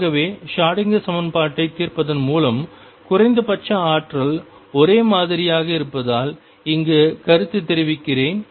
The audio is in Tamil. ஆகவே ஷ்ரோடிங்கர் Schrödinger சமன்பாட்டைத் தீர்ப்பதன் மூலம் குறைந்தபட்ச ஆற்றல் ஒரே மாதிரியாக இருப்பதால் இங்கு கருத்துத் தெரிவிக்கிறேன்